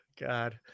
God